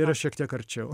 yra šiek tiek arčiau